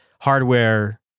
hardware